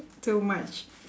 too much